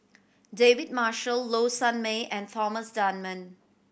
David Marshall Low Sanmay and Thomas Dunman